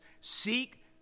Seek